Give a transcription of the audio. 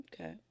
okay